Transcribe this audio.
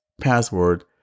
password